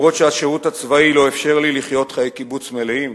אף שהשירות הצבאי לא אפשר לי לחיות חיי קיבוץ מלאים,